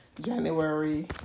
January